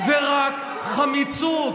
רק חמיצות.